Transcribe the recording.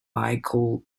michael